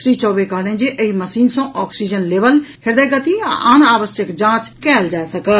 श्री चौबे कहलनि जे एहि मशीन सँ ऑक्सीजन लेवल हृदय गति आ आन आवश्यक जांच कयल जा सकत